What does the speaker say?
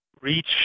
reach